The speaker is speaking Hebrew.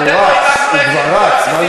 הוא רץ, הוא כבר רץ.